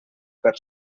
per